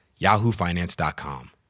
yahoofinance.com